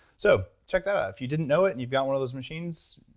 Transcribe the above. so check that out. if you didn't know it and you've got one of those machines,